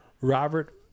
Robert